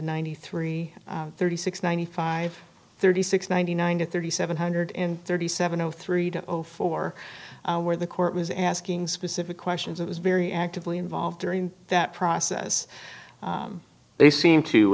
ninety three thirty six ninety five thirty six ninety nine to thirty seven hundred thirty seven zero three zero four where the court was asking specific questions it was very actively involved during that process they seem to